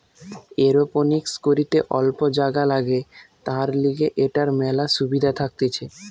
aeroponics করিতে অল্প জাগা লাগে, তার লিগে এটার মেলা সুবিধা থাকতিছে